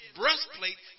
breastplate